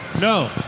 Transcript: No